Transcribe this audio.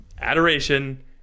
adoration